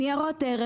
ניירות ערך,